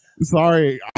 Sorry